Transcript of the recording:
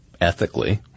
ethically